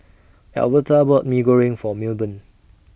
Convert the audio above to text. Alverta bought Mee Goreng For Milburn